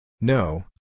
No